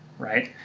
right?